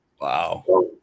Wow